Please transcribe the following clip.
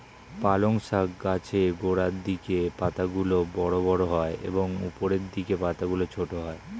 পালং শাক গাছের গোড়ার দিকের পাতাগুলো বড় বড় হয় এবং উপরের দিকের পাতাগুলো ছোট হয়